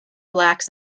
blacks